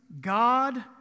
God